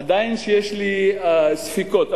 עדיין יש לי ספקות.